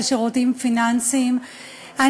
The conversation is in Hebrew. על שירותים פיננסיים (תיקוני חקיקה).